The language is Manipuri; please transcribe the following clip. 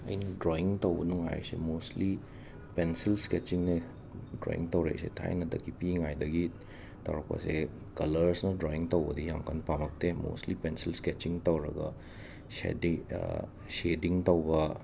ꯑꯩꯅ ꯗ꯭ꯔꯣꯌꯤꯡ ꯇꯧꯕ ꯅꯨꯡꯉꯥꯏꯔꯤꯁꯦ ꯃꯣꯁꯂꯤ ꯄꯦꯟꯁꯤꯜ ꯁ꯭ꯀꯦꯠꯆꯤꯡꯅꯦ ꯗ꯭ꯔꯣꯌꯤꯡ ꯇꯧꯔꯛꯏꯁꯦ ꯊꯥꯏꯅꯗꯒꯤ ꯄꯤꯛꯏꯉꯥꯏꯗꯒꯤ ꯇꯧꯔꯛꯄꯁꯦ ꯀꯂꯔꯁꯅ ꯗ꯭ꯔꯣꯌꯤꯡ ꯇꯧꯕꯗꯤ ꯌꯥꯝꯅ ꯀꯟꯅ ꯄꯥꯝꯃꯛꯇꯦ ꯃꯣꯁꯂꯤ ꯄꯦꯟꯁꯤꯜ ꯁ꯭ꯀꯦꯠꯆꯤꯡ ꯇꯧꯔꯒ ꯁꯦꯗꯤ ꯁꯦꯗꯤꯡ ꯇꯧꯕ